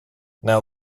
now